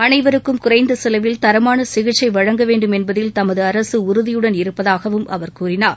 அனைவருக்கும் குறைந்த செலவில் தரமான சிகிச்சை வழங்க வேண்டும் என்பதில் தமது அரசு உறுதியுடன் இருப்பதாகவும் அவர் கூறினார்